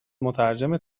مترجم